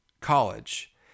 college